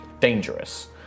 dangerous